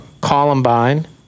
Columbine